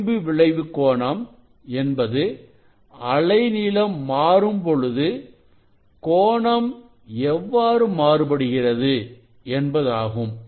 விளிம்பு விளைவு கோணம் என்பது அலைநீளம் மாறும்பொழுது கோணம் எவ்வாறு மாறுபடுகிறது என்பதாகும்